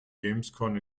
gamescom